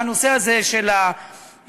והנושא הזה של הבעלים,